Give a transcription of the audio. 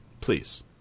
please